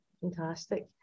Fantastic